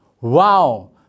Wow